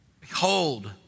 Behold